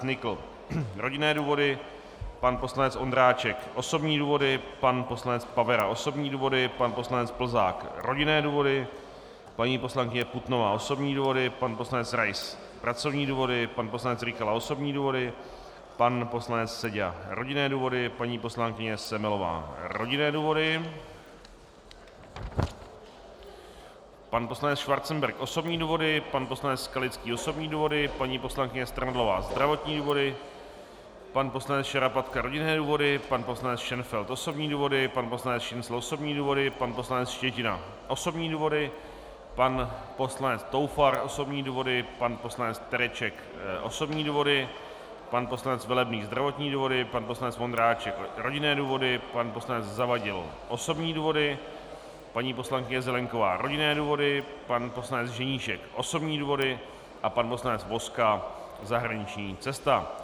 Nykl rodinné důvody, pan poslanec Ondráček osobní důvody, pan poslanec Pavera osobní důvody, pan poslanec Plzák rodinné důvody, paní poslankyně Putnová osobní důvody, pan poslanec Rais pracovní důvody, pan poslanec Rykala osobní důvody, pan poslanec Seďa rodinné důvody, paní poslankyně Semelová rodinné důvody, pan poslanec Schwarzenberg osobní důvody, pan poslanec Skalický osobní důvody, paní poslankyně Strnadlová zdravotní důvody, pan poslanec Šarapatka rodinné důvody, pan poslanec Šenfeld osobní důvody, pan poslanec Šincl osobní důvody, pan poslanec Štětina osobní důvody, pan poslanec Toufar osobní důvody, pan poslanec Tureček osobní důvody, pan poslanec Velebný zdravotní důvody, pan poslanec Vondráček rodinné důvody, pan poslanec Zavadil osobní důvody, paní poslankyně Zelienková rodinné důvody, pan poslanec Ženíšek osobní důvody a pan poslanec Vozka zahraniční cesta.